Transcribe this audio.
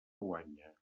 guanya